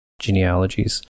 genealogies